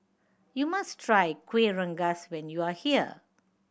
you must try Kueh Rengas when you are here